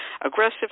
aggressive